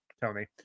Tony